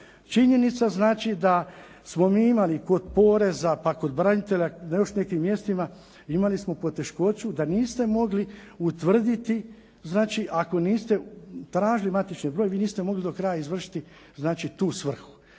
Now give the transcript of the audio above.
Činjenica znači da smo imali kod poreza pa kod branitelja i na još nekim mjestima imali smo poteškoću da niste mogli utvrditi ako niste tražili matični broj vi niste mogli do kraja izvršiti tu svrhu.